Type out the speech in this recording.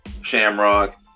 Shamrock